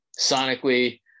sonically